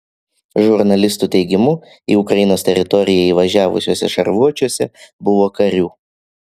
žurnalistų teigimu į ukrainos teritoriją įvažiavusiuose šarvuočiuose buvo karių